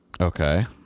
okay